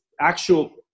actual